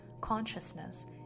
consciousness